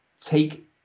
take